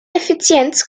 effizienz